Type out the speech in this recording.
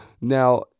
Now